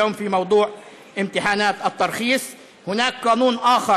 היום יש את נושא